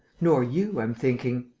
nor you, i'm thinking.